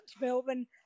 Melbourne